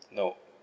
no